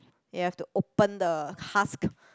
you have to open the husk